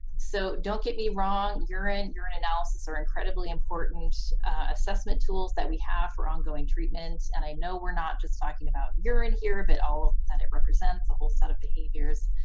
so, don't get me wrong, urine and urinalysis are incredibly important assessment tools that we have for ongoing treatment and i know we're not just talking about urine here, but all that it represents a whole set of behaviors.